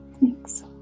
Thanks